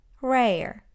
Rare